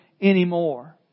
anymore